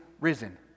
risen